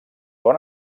bon